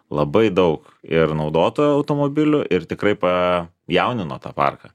labai daug ir naudotų automobilių ir tikrai pa jaunino tą parką